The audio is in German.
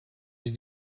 sie